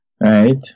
right